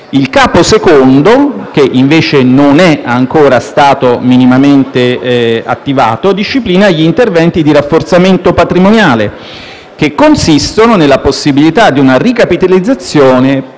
Il Capo II del provvedimento (che non è ancora stato minimamente attivato) disciplina gli interventi di rafforzamento patrimoniale che consistono nella possibilità di una ricapitalizzazione